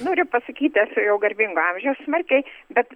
noriu pasakyt esu jau garbingo amžiaus smarkiai bet